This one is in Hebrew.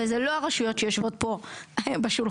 וזה לא הרשויות שיושבות פה בשולחן,